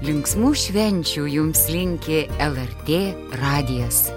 linksmų švenčių jums linki lrt radijas